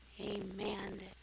amen